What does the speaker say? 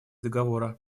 договора